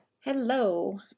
Hello